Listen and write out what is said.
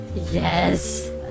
Yes